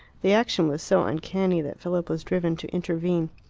the action was so uncanny that philip was driven to intervene.